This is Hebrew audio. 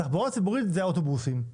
התחבורה הציבורית זה האוטובוסים,